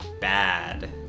bad